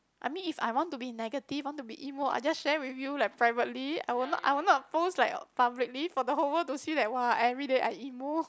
I mean if I want to be negative I want to be emo I just share with you like privately I will not I will not post like publicly for the whole world to see like !whoa! everyday I emo